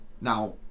now